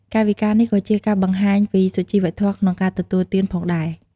កាយវិការនេះក៏ជាការបង្ហាញពីសុជីវធម៌ក្នុងការទទួលទានផងដែរ។